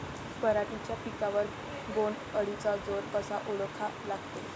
पराटीच्या पिकावर बोण्ड अळीचा जोर कसा ओळखा लागते?